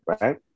Right